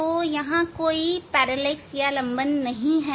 तो यहां कोई लंबन नहीं है